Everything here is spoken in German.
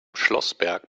schlossberg